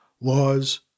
laws